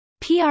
pr